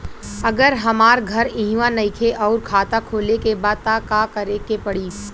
अगर हमार घर इहवा नईखे आउर खाता खोले के बा त का करे के पड़ी?